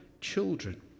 children